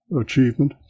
achievement